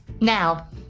now